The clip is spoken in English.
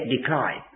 decline